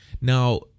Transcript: Now